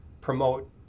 promote